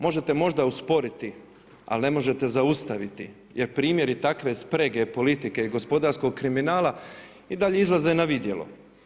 Možete možda usporiti ali ne možete zaustaviti jer primjeri takve sprege, politike i gospodarskog kriminala i dalje izlaze na vidjelo.